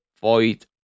void